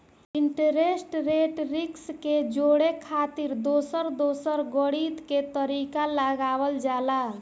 interest rate risk के जोड़े खातिर दोसर दोसर गणित के तरीका लगावल जाला